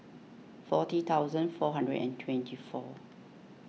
forty thousand four hundred and twenty four